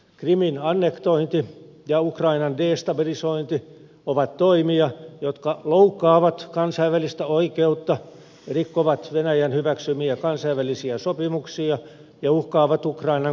krimin annektointi ja ukrainan destabilisointi ovat toimia jotka loukkaavat kansainvälistä oikeutta rikkovat venäjän hyväksymiä kansainvälisiä sopimuksia ja uhkaavat ukrainan koskemattomuutta